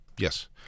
Yes